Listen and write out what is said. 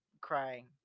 crying